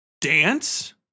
Dance